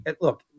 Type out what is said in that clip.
Look